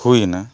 ᱦᱩᱭ ᱮᱱᱟ